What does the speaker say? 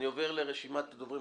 אני עובר לרשימת הדוברים.